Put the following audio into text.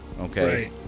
okay